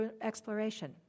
exploration